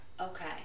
Okay